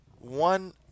one